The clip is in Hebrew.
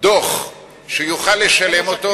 דוח שהוא יוכל לשלם אותו,